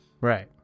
Right